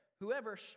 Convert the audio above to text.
whoever